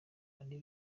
ari